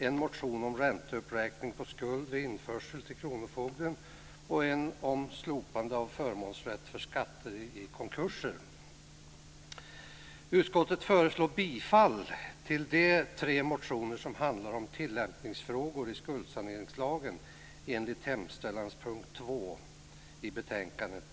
En motion handlar om ränteuppräkning på skuld vid införsel till kronofogden, och en om slopande av förmånsrätt för skatter i konkurser. Utskottet föreslår bifall till de tre motioner som handlar om tillämpningsfrågor i skuldsaneringslagen enligt hemställanspunkt 2 i betänkandet.